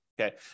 okay